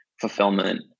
fulfillment